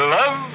Love